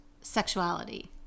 sexuality